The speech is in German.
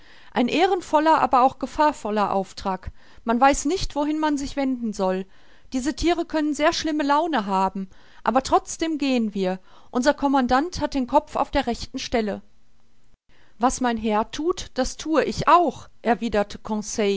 ein ehrenvoller aber auch gefahrvoller auftrag man weiß nicht wohin man sich wenden soll diese thiere können sehr schlimme laune haben aber trotzdem gehen wir unser commandant hat den kopf auf der rechten stelle was mein herr thut das thue ich auch erwiderte